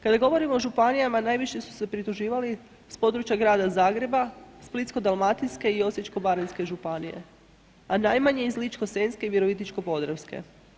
Kada govorimo o županijama najviše su se prituživali s područja Grada Zagreba, Splitsko-dalmatinske i Osječko-baranjske županije, a najmanje iz Ličko-senjske i Virovitičko-podravske.